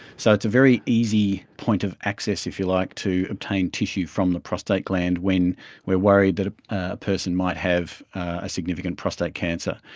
so it's a very easy point of access, if you like, to obtain tissue from the prostate gland when we are worried that ah a person might have a significant prostate cancer.